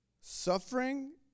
Suffering